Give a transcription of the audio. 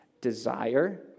Desire